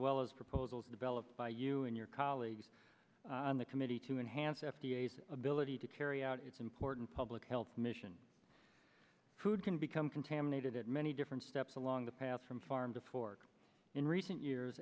well as proposals developed by you and your colleagues on the committee to enhance f d a s ability to carry out its important public health mission food can become contaminated at many different steps along the path from farm to fork in recent years